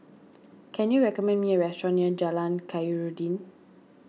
can you recommend me a restaurant near Jalan Khairuddin